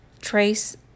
trace